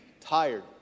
tired